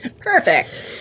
Perfect